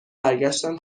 برگشتن